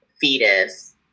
fetus